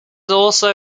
also